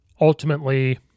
ultimately